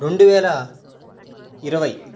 రెండు వేల ఇరవై